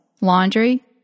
Laundry